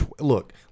look